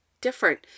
different